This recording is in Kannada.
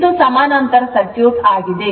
ಇದು ಸಮಾನಾಂತರ ಸರ್ಕ್ಯೂಟ್ ಆಗಿದೆ